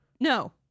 No